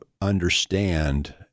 understand